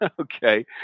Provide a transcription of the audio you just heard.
Okay